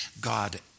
God